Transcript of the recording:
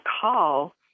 call